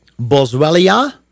boswellia